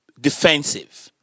defensive